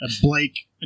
Blake